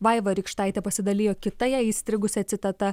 vaiva rykštaitė pasidalijo kita jai įstrigusia citata